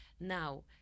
Now